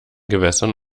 gewässern